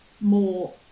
more